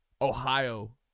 Ohio